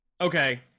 okay